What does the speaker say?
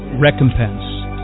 recompense